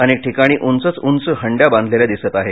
अनेक ठिकाणी उंचच उंच हंड्या बांधलेल्या दिसत आहेत